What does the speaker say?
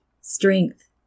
strength